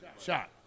shot